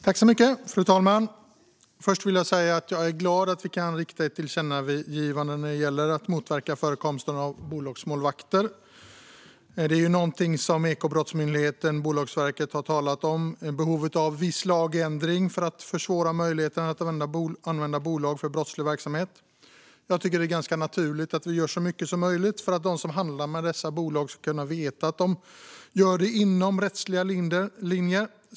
Fru talman! Jag är glad över att vi kan rikta ett tillkännagivande till regeringen när det gäller att motverka förekomsten av bolagsmålvakter. Ekobrottsmyndigheten och Bolagsverket har talat om behovet av viss lagändring för att försvåra möjligheterna att använda bolag för brottslig verksamhet. Jag tycker att det är ganska naturligt att vi gör så mycket som möjligt för att de som handlar med dessa bolag ska kunna veta att de gör det inom rättsliga linjer.